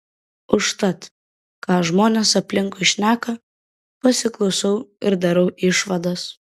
užtat ką žmonės aplinkui šneka pasiklausau ir darau išvadas